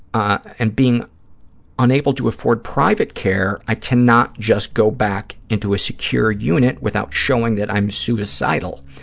and being unable to afford private care, i cannot just go back into a secured unit without showing that i'm suicidal.